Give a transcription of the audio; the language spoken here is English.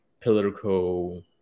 political